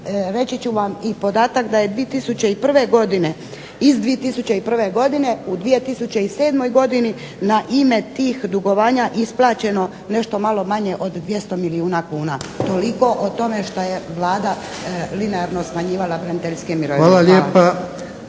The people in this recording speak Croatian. reći ću vam i podatak da je iz 2001. godine u 2007. godini na ime tih dugovanja isplaćeno nešto malo manje od 200 milijuna kuna. Toliko o tome što je Vlada linearno smanjivala braniteljske mirovine.